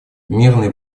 мирные